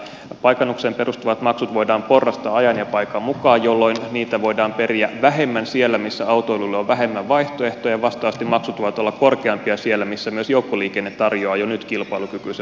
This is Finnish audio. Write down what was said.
paikannukseen perustuvat maksut voidaan porrastaa ajan ja paikan mukaan jolloin niitä voidaan periä vähemmän siellä missä autoilulle on vähemmän vaihtoehtoja ja vastaavasti maksut voivat olla korkeampia siellä missä myös joukkoliikenne tarjoaa jo nyt kilpailukykyisen vaihtoehdon autoilulle